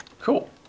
Cool